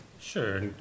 Sure